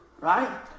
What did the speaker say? Right